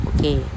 Okay